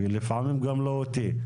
ולפעמים גם לא אותי.